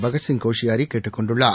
பகத்சிங் கோஷியாரி கேட்டுக் கொண்டுள்ளார்